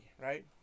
right